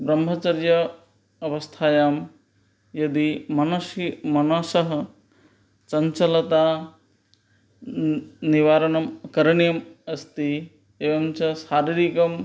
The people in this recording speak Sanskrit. ब्रह्मचर्य अवस्थायां यदि मनसि मनसः चञ्चलता न् निवारणं करणीयम् अस्ति एवं च शारीरिकं